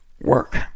work